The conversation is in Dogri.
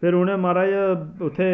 फिर उ'नैं माराज उत्थै